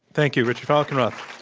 thank you, richard falkenrath.